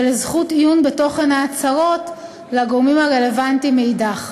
ולזכות עיון בתוכן ההצהרות לגורמים הרלוונטיים מאידך,